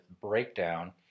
breakdown